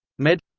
med.